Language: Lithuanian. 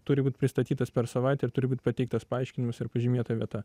turi būt pristatytas per savaitę ir turi būt pateiktas paaiškinimas ir pažymėta vieta